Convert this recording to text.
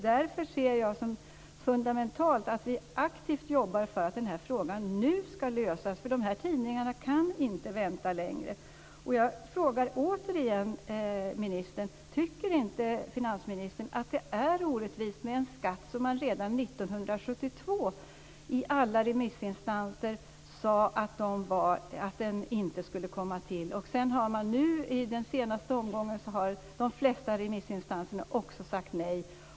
Därför ser jag det som fundamentalt att vi aktivt jobbar för att frågan nu skall lösas. Dessa tidningar kan inte vänta längre. Jag frågar återigen finansministern om han inte tycker att det är orättvist att ha en skatt som alla remissinstanser redan 1972 menade inte skulle komma till. Sedan har också i den senaste omgången de flesta remissinstanser sagt nej.